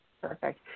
Perfect